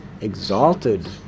exalted